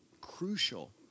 crucial